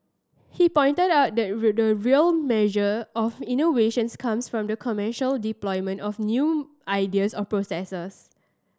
he pointed out that the real measure of innovations comes from the commercial deployment of new ideas or processes